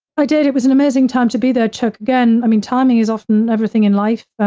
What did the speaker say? i did. it was an amazing time to be there, chuck. again, i mean, timing is often everything in life,